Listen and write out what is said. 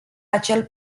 acel